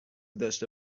داشته